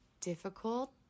difficult